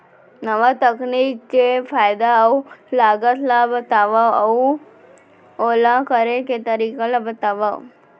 नवा तकनीक के फायदा अऊ लागत ला बतावव अऊ ओला करे के तरीका ला बतावव?